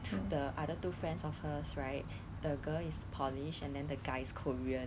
mosquito fly up to my house eh I stay at like above it tenth floor